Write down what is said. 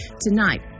Tonight